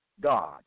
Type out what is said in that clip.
God